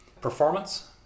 Performance